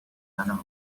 piano